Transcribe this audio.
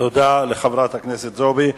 תודה לחברת הכנסת זועבי.